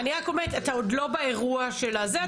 אני רק אומרת, אתה עוד לא באירוע של זה.